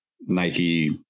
Nike